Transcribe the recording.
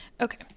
Okay